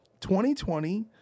2020